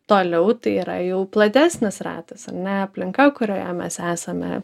toliau tai yra jau platesnis ratas ar ne aplinka kurioje mes esame